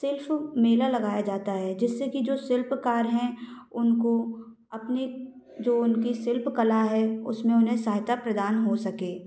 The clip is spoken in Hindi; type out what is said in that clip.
शिल्प मेला लगाया जाता है जिससे कि जो शिल्पकार हैं उनको अपने जो उनकी शिल्प कला है उसमें उन्हें सहायता प्रदान हो सके